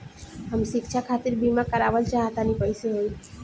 हम शिक्षा खातिर बीमा करावल चाहऽ तनि कइसे होई?